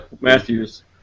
Matthews